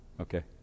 Okay